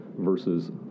versus